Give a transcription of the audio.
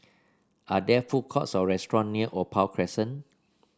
are there food courts or restaurant near Opal Crescent